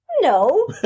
No